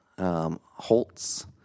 Holtz